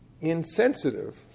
insensitive